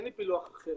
אין לי פילוח אחר.